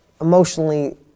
emotionally